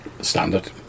Standard